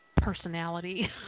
personality